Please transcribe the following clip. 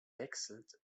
wechselt